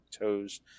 toes